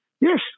Yes